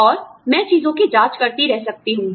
और मैं चीजों की जांच करती रह सकती हूँ